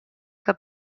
que